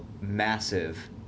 massive